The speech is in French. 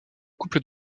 couple